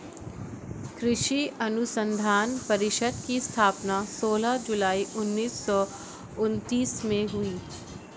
कृषि अनुसंधान परिषद की स्थापना सोलह जुलाई उन्नीस सौ उनत्तीस में हुई